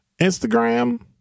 Instagram